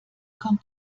kommt